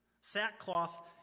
Sackcloth